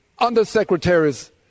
undersecretaries